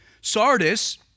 Sardis